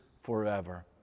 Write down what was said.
forever